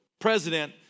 president